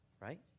right